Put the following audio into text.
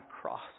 cross